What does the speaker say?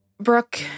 Brooke